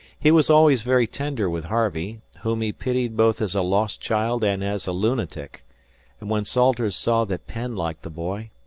he was always very tender with harvey, whom he pitied both as a lost child and as a lunatic and when salters saw that penn liked the boy,